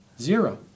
Zero